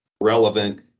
relevant